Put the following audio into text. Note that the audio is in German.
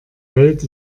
welt